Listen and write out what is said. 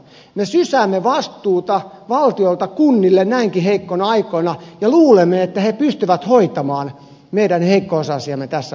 me sysäämme vastuuta valtiolta kunnille näinkin heikkoina aikoina ja luulemme että ne pystyvät hoitamaan meidän heikko osaisiamme tässä maassa